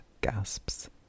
gasps